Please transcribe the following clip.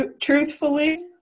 Truthfully